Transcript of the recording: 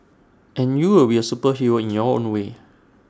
and you will be A superhero in your own way